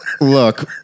Look